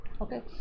okay